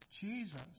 Jesus